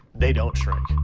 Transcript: they don't shrink.